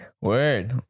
Word